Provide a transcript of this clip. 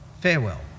Farewell